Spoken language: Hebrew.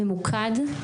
ממוקד,